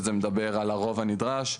שזה מדבר על הרוב הנדרש,